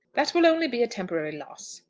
that will only be a temporary loss.